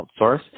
outsource